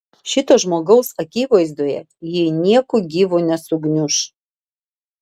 šito žmogaus akivaizdoje ji nieku gyvu nesugniuš